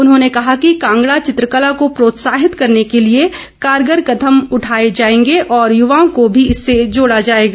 उन्होंने कहा कि कांगड़ा चित्रकला को प्रोत्साहित करने के लिए कारगर कदम उठाए जाएंगे और युवाओं को भी इससे जोड़ा जाएगा